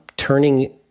Turning